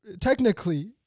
technically